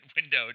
window